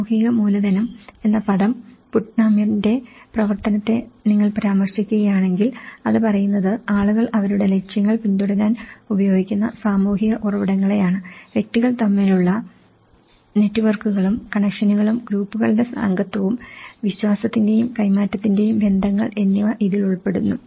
സാമൂഹിക മൂലധനം എന്ന പദം പുട്ട്നാമിന്റെ പ്രവർത്തനത്തെ നിങ്ങൾ പരാമർശിക്കുകയാണെങ്കിൽ അത് പറയുന്നത് ആളുകൾ അവരുടെ ലക്ഷ്യങ്ങൾ പിന്തുടരാൻ ഉപയോഗിക്കുന്ന സാമൂഹിക ഉറവിടങ്ങളെയാണ് വ്യക്തികൾ തമ്മിലുള്ള നെറ്റ്വർക്കുകളും കണക്ഷനുകളും ഗ്രൂപ്പുകളുടെ അംഗത്വവും വിശ്വാസത്തിന്റെയും കൈമാറ്റത്തിന്റെയും ബന്ധങ്ങൾ എന്നിവ ഇതിൽ ഉൾപ്പെടുന്നു